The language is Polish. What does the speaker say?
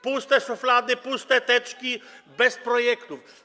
Puste szuflady, puste teczki bez projektów.